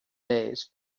days